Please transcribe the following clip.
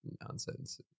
nonsense